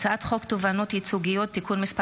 אני קובע כי הצעת חוק לשכת עורכי הדין (תיקון מס'